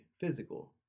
physical